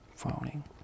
frowning